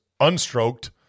unstroked